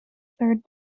third